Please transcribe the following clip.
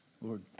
Lord